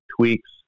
tweaks